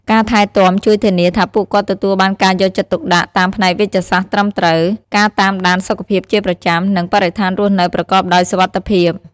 ការថែទាំជួយធានាថាពួកគាត់ទទួលបានការយកចិត្តទុកដាក់តាមផ្នែកវេជ្ជសាស្ត្រត្រឹមត្រូវ ការតាមដានសុខភាពជាប្រចាំ និងបរិស្ថានរស់នៅប្រកបដោយសុវត្ថិភាព។